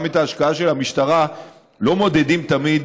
גם את ההשקעה של המשטרה לא מודדים תמיד